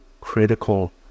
critical